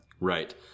Right